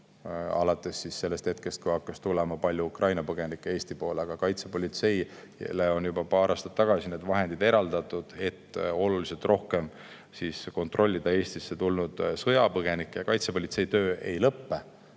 alates sellest hetkest, kui hakkas tulema palju Ukraina põgenikke Eesti poole. Aga kaitsepolitseile eraldati juba paar aastat tagasi need vahendid, et oluliselt rohkem kontrollida Eestisse tulnud sõjapõgenikke. Kaitsepolitsei töö ei lõpe